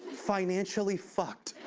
financially fucked.